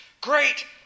great